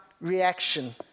reaction